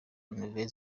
nouvelle